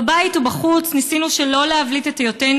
בבית ובחוץ ניסינו שלא להבליט את היותנו